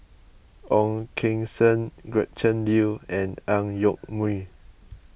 Ong Keng Sen Gretchen Liu and Ang Yoke Mooi